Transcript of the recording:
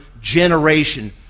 generation